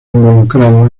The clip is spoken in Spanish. involucrado